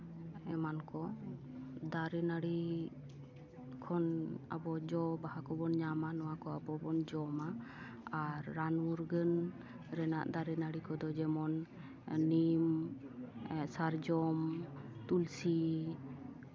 ᱮᱢᱟᱱ ᱠᱚ ᱫᱟᱨᱮ ᱱᱟᱹᱲᱤ ᱠᱷᱚᱱ ᱟᱵᱚ ᱡᱚ ᱵᱟᱦᱟ ᱠᱚᱵᱚᱱ ᱧᱟᱢᱟ ᱱᱚᱣᱟ ᱠᱚ ᱟᱵᱚ ᱵᱚᱱ ᱡᱚᱢᱟ ᱟᱨ ᱨᱟᱱ ᱢᱩᱨᱜᱟᱹᱱ ᱨᱮᱱᱟᱜ ᱫᱟᱨᱮ ᱱᱟᱹᱲᱤ ᱠᱚᱫᱚ ᱡᱮᱢᱚᱱ ᱱᱤᱢ ᱥᱟᱨᱡᱚᱢ ᱛᱩᱞᱥᱤ